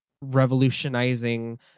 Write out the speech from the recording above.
revolutionizing